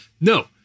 No